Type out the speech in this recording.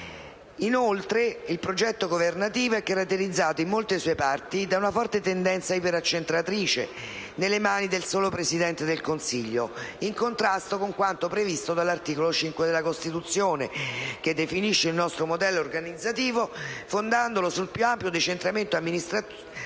Inoltre, il progetto governativo è caratterizzato, in molte sue parti, da una forte tendenza iperaccentratrice nelle mani del solo Presidente del Consiglio, in contrasto con quanto previsto dall'articolo 5 della Costituzione, che definisce il nostro modello organizzativo fondandolo sul più ampio decentramento amministrativo